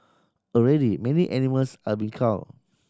already many animals are being cull